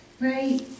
right